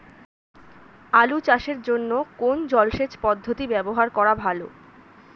আলু চাষের জন্য কোন জলসেচ পদ্ধতি ব্যবহার করা ভালো?